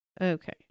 Okay